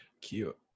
Cute